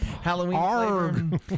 Halloween